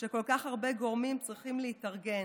כשכל כך הרבה גורמים צריכים להתארגן